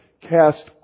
cast